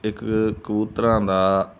ਇੱਕ ਕਬੂਤਰਾਂ ਦਾ